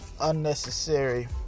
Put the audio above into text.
unnecessary